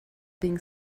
being